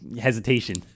hesitation